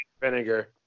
Vinegar